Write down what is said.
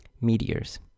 meteors